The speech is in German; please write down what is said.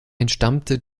entstammte